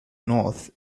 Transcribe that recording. north